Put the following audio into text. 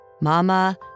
Mama